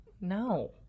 No